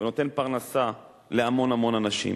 ונותן פרנסה להמון המון אנשים